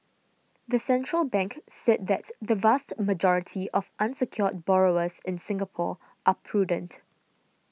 the central bank said that the vast majority of unsecured borrowers in Singapore are prudent